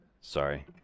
Sorry